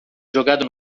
jogado